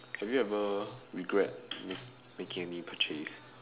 have you ever regret make making any purchase